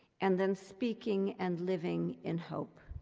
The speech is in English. and then speaking and living in hope.